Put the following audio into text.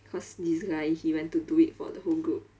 cause this guy he went to do it for the whole group